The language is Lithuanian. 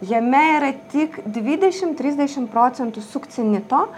jame yra tik dvidešim trisdešim procentų sukcinito